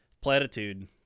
Platitude